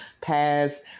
past